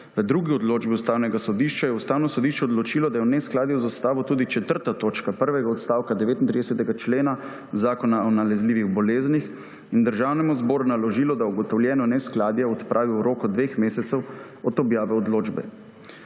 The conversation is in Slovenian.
V drugi odločbi Ustavnega sodišča je Ustavno sodišče odločilo, da je v neskladju z ustavo tudi 4. točka prvega odstavka 39. člena Zakona o nalezljivih boleznih in Državnemu zboru naložilo, da ugotovljeno neskladje odpravi v roku dveh mesecev od objave odločbe.